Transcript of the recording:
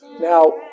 Now